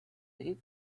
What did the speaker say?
his